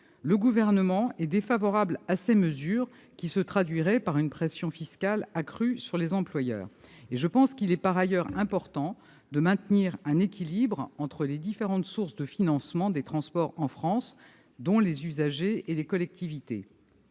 Le Gouvernement est défavorable à ces mesures, qui se traduiraient par une pression fiscale accrue sur les employeurs. Il me paraît important de maintenir un équilibre entre les différentes sources de financement des transports en France, dont les usagers et les collectivités